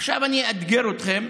עכשיו אני אאתגר אתכם.